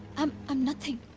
um am nothing.